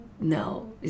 no